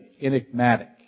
enigmatic